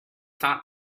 thought